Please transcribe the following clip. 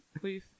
please